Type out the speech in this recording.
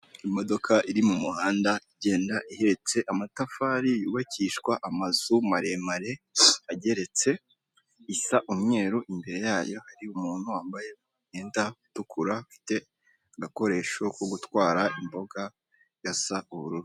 Imodoka iri mu muhanda, igenda ihetse amatafari yubakishwa amazu maremare ageretse, isa umweru. Imbere yayo hari umuntu wambaye imyenda itukura, afite agakoresho ko gutwara imboga, gasa ubururu.